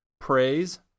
Praise